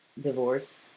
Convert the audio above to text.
divorce